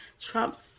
trumps